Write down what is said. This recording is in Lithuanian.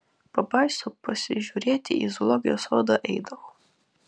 pabaisų pasižiūrėti į zoologijos sodą eidavau